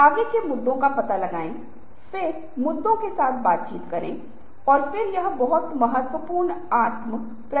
दूसरी ओर यदि आप भारतीय परंपरा को देख रहे हैं तो यह पुनरावृत्ति की परंपरा है